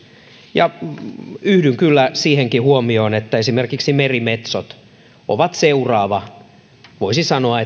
ja yhdyn kyllä siihenkin huomioon että esimerkiksi merimetsot ovat seuraava voisi sanoa